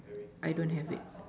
I don't have it